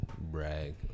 brag